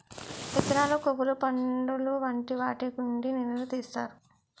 విత్తనాలు, కొవ్వులు, పండులు వంటి వాటి నుండి నూనెలు తీస్తారు